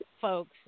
folks